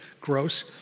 Gross